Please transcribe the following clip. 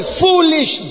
foolish